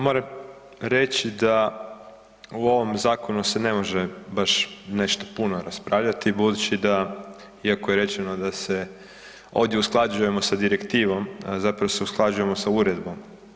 Moram reći da u ovom zakonu se ne može baš nešto puno raspravljati budući da, iako je rečeno da se ovdje usklađujemo sa direktivom, a zapravo se usklađujemo sa uredbom.